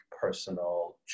personal